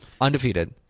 undefeated